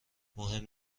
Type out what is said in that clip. مهم